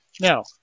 Now